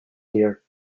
dear